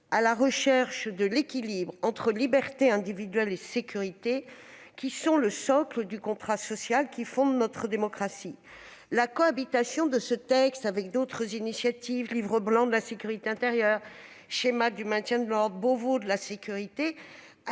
à la recherche de l'équilibre entre libertés individuelles et sécurité, socle du contrat social qui fonde notre démocratie. La cohabitation de ce texte avec d'autres initiatives, telles que le Livre blanc de la sécurité intérieure, le Schéma national du maintien de l'ordre ou le Beauvau de la sécurité,